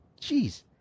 Jeez